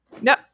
no